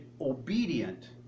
obedient